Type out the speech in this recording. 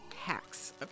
Hacks